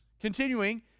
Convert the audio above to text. Continuing